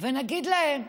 ונגיד להם: